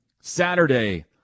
Saturday